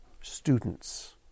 students